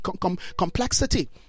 Complexity